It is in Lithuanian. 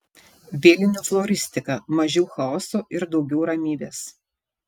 vėlinių floristika mažiau chaoso ir daugiau ramybės